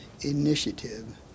initiative